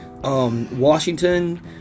Washington